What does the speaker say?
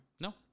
No